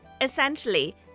Essentially